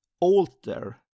alter